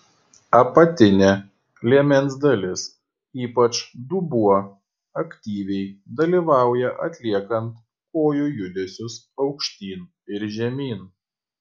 apatinė liemens dalis ypač dubuo aktyviai dalyvauja atliekant kojų judesius aukštyn ir žemyn